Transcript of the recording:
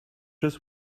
just